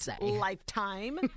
Lifetime